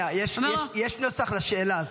סליחה, יש נוסח לשאלה.